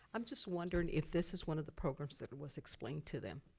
i'm just wondering if this was one of the programs that and was explained to them?